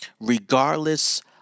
regardless